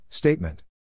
Statement